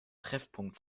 treffpunkt